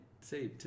say